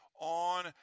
on